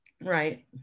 Right